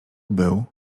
był